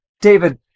David